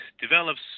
develops